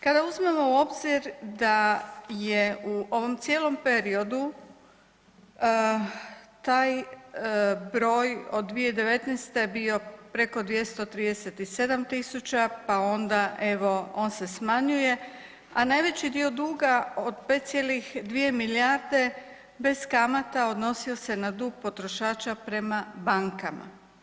Kada uzmemo u obzir da je u ovom cijelom periodu taj broj od 2019. bio preko 237 000 pa onda evo on se smanjuje, a najveći dio duga od 5,2 milijarde bez kamata odnosio na dug potrošača prema bankama.